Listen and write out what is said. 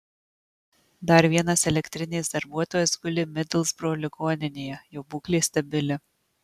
dar vienas elektrinės darbuotojas guli midlsbro ligoninėje jo būklė stabili